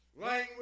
Language